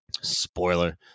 Spoiler